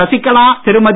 Sasikala Thirumathi